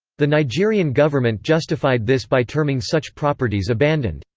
the nigerian government justified this by terming such properties abandoned.